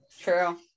True